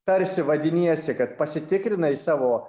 tarsi vadiniesi kad pasitikrinai savo